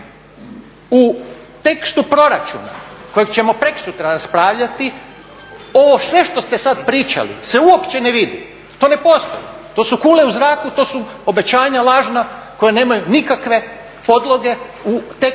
U tekstu proračuna kojeg ćemo prekosutra raspravljati ovo sve što ste sada pričali se uopće ne vidi, to ne postoji, to su kule u zraku, to su obećanja lažna koja nemaju nikakve podloge u tekstovima,